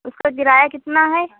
اس کا کرایہ کتنا ہے